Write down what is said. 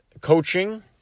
coaching